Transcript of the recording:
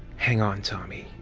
hang on, tommy,